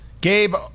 Gabe